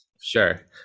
Sure